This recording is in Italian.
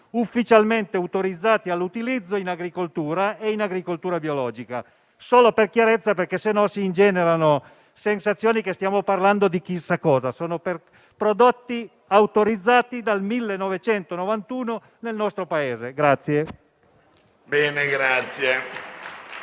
ufficialmente autorizzati all'utilizzo in agricoltura e in agricoltura biologica. Dico questo solo per chiarezza, altrimenti si ingenera la sensazione che stiamo parlando di chissà cosa: sono prodotti autorizzati dal 1991 nel nostro Paese.